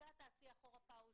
דקה תעשי אחורה פאוזה.